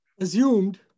assumed